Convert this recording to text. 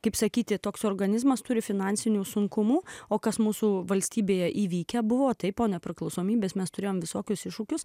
kaip sakyti toks organizmas turi finansinių sunkumų o kas mūsų valstybėje įvykę buvo taip po nepriklausomybės mes turėjome visokius iššūkius